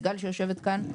סיגל שיושבת פה,